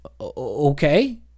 okay